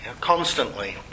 constantly